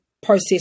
process